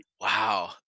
Wow